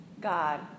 God